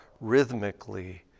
rhythmically